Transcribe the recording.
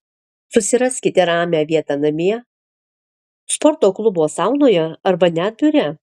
susiraskite ramią vietą namie sporto klubo saunoje arba net biure